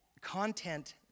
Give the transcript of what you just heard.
content